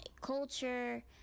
culture